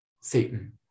Satan